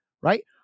right